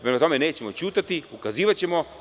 Prema tome, mi nećemo ćutati, ukazivaćemo.